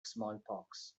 smallpox